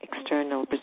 external